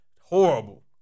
horrible